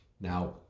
Now